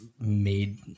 made